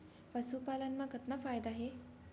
पशुपालन मा कतना फायदा हे?